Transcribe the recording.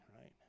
right